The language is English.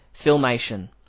Filmation